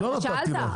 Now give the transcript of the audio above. לא נתתי לך.